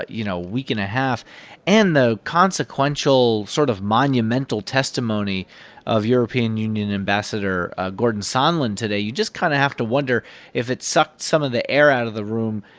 ah you know, week and a half and the consequential, sort of monumental testimony of european union ambassador ah gordon sondland today. you just kind of have to wonder if it sucked some of the air out of the room.